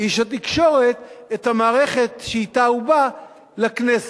איש התקשורת את המערכת שאתה הוא בא לכנסת.